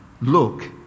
look